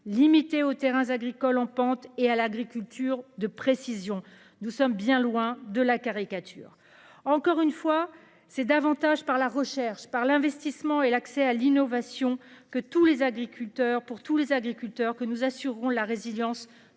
limitée aux terrains agricoles en pente et à l'agriculture de précision. Nous sommes bien loin de la caricature, encore une fois c'est davantage par la recherche par l'investissement et l'accès à l'innovation que tous les agriculteurs pour tous les agriculteurs que nous assurerons la résilience